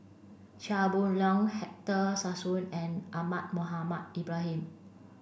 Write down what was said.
Chia Boon Leong Sassoon and Ahmad Mohamed Ibrahim